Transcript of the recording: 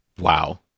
Wow